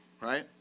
right